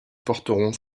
porteront